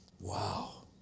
Wow